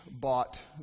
bought